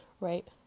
right